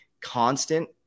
Constant